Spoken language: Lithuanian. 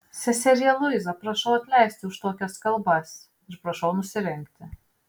seserie luiza prašau atleisti už tokias kalbas ir prašau nusirengti